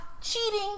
Cheating